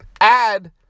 add